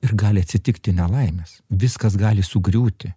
ir gali atsitikti nelaimės viskas gali sugriūti